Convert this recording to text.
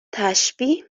تشبیه